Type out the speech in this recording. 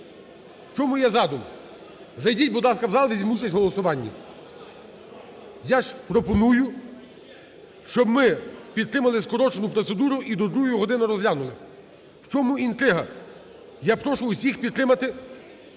в чому є задум. Зайдіть, будь ласка, в зал візьміть участь в голосуванні. Я ж пропоную, щоб ми підтримали скорочену процедуру і до другої години розглянули. В чому інтрига? Я прошу всіх підтримати